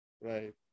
Right